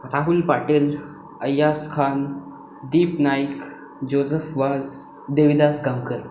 Rahul Patil Ayyaz Khan Deep Nayak Joseph Vaz Devidas Gaonkar